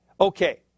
Okay